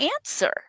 answer